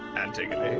antigone.